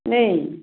দেই